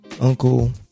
uncle